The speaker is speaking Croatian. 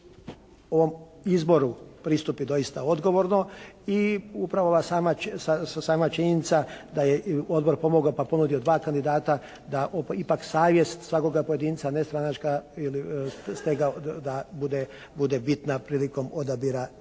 ovom izboru pristupi doista odgovorno i upravo ova sama činjenica da je Odbor pomogao pa ponudio dva kandidata da ipak savjest svakoga pojedinca ne stranačka ili stega da bude bitna prilikom odabira novoga